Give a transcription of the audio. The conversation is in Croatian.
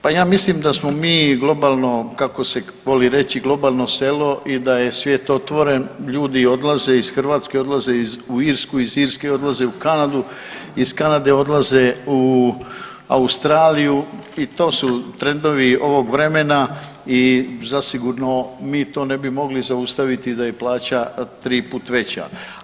Pa ja mislim da smo mi globalno kako se voli reći globalno selo i da je svijet otvoren, ljudi odlaze iz Hrvatske, odlaze u Irsku, iz Irske odlaze u Kanadu, iz Kanade odlaze u Australiju i to su trendovi ovog vremena i zasigurno mi to ne bi mogli zaustaviti da je plaća triput veća.